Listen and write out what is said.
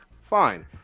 Fine